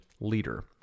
leader